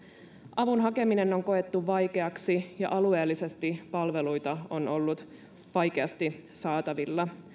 avun hakeminen on koettu vaikeaksi ja alueellisesti palveluita on ollut vaikeasti saatavilla